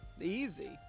easy